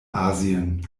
asien